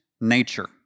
nature